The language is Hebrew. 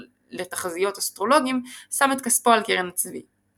לתחזיות אסטרולוגים שם את כספו על קרן הצבי.